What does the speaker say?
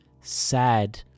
sad